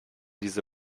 diese